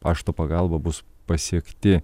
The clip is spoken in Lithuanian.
pašto pagalba bus pasiekti